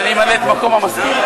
שאני אמלא את מקום המזכיר?